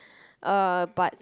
uh but